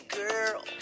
girl